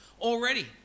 already